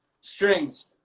strings